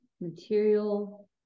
material